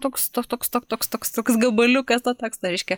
toks to toks to toks toks toks gabaliukas to teksto reiškia